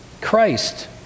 Christ